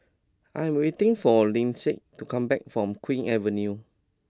I am waiting for Lyndsay to come back from Queen's Avenue